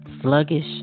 sluggish